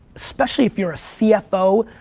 especially if you're a cfo,